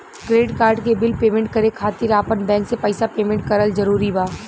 Credit card के bill payment करे खातिर आपन बैंक से पईसा पेमेंट करल जरूरी बा?